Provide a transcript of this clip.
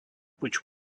which